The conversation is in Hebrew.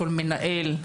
כל מנהל,